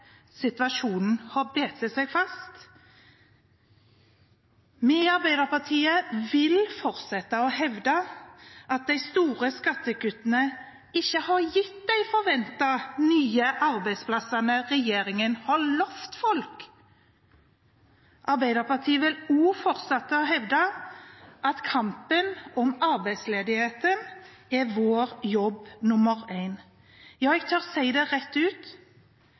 situasjonen har bitt seg fast. Vi i Arbeiderpartiet vil fortsette å hevde at de store skattekuttene ikke har gitt de forventede nye arbeidsplassene regjeringen har lovet folk. Arbeiderpartiet vil også fortsette å hevde at kampen om arbeidsledigheten er vår jobb nr. én. Ja, jeg tør si det rett ut: